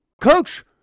Coach